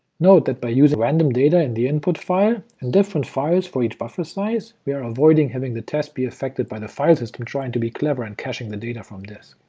note that by using random data in the input file and different files for each buffer size, we are avoiding having the test be affected by the file system trying to be clever and caching the data from this.